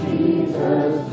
Jesus